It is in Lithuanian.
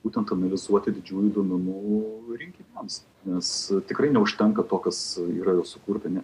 būtent vizuoti didžiųjų duomenų rinkimams nes tikrai neužtenka to kas yra jau sukurta